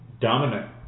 dominant